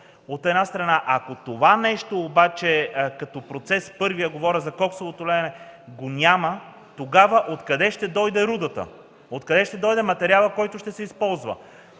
От една страна, ако това нещо обаче като процес – първият, говоря за коксовото леене, го няма, тогава откъде ще дойде рудата? Откъде ще дойде материалът, който ще се използва?